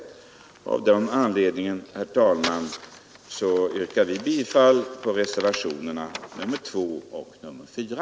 Med anledning av detta anförande, herr talman, yrkar jag bifall till reservationerna 2 och 4.